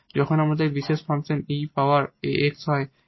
যখন আমাদের particular function e power ax হয়